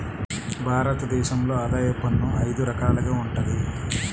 భారత దేశంలో ఆదాయ పన్ను అయిదు రకాలుగా వుంటది